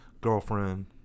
girlfriend